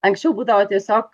anksčiau būdavo tiesiog